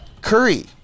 Curry